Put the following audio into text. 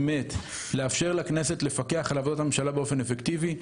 לאפשר לכנסת לפקח על עבודת הממשלה באופן אפקטיבי,